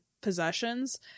possessions